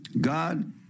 God